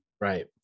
right